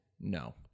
no